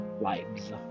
Lives